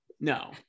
no